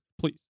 please